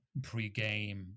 pregame